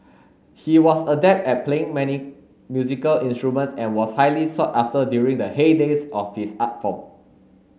he was adept at playing many musical instruments and was highly sought after during the heydays of his art form